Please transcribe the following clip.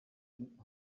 finden